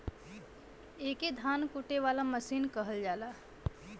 एके धान कूटे वाला मसीन कहल जाला